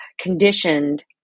conditioned